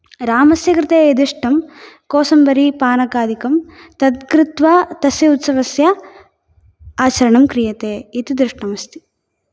रामस्य कृते यदिष्टं कोशम्बरी पानकादिकं तद् कृत्वा तस्य उत्सवस्य आचरणं क्रियते इति दृष्टमस्ति